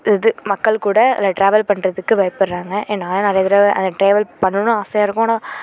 இது மக்கள் கூட இதில ட்ராவல் பண்ணுறதுக்கு பயப்பட்றாங்க நான் நிறையா தடவை அந்த ட்ராவல் பண்ணணும்னு ஆசையாக இருக்கும் ஆனால்